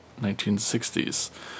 1960s